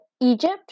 Egypt